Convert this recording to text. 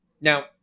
Now